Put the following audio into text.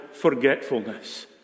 forgetfulness